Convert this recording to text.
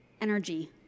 energy